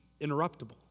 interruptible